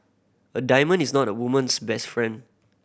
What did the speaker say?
a diamond is not a woman's best friend